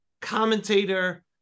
commentator